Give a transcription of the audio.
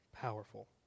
powerful